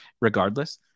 regardless